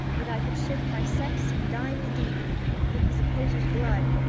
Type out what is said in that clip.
that i cou'd shift my sex, and die me deep in his opposer's blood!